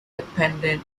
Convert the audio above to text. dependent